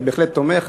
אני בהחלט תומך.